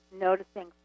noticing